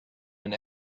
and